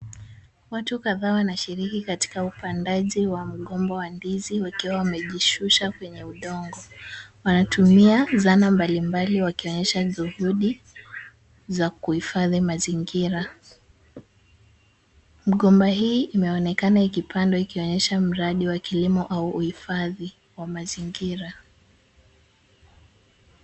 Watu kadhaa wanashiriki katika upandaji wa mgomba wa ndizi wakiwa wamejishusha kwenye mdongo. Wanatumia zana mbalimbali wakionyesha juhudi za kuhifadhi mazingira. Mgomba hii imeonekana ikipandwa ikionyesha mradi wa kilimo au uhifadhi wa mazingira.